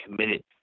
committed